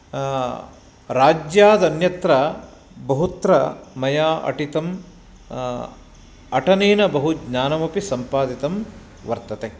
राज्यादन्यत्र बहुत्र मया अटितम् अटनेन बहु ज्ञानमपि सम्पादितं वर्तते